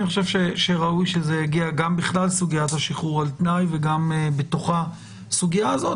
אני חושב שראוי שבכלל סוגיית השחרור על תנאי וגם הסוגייה הזאת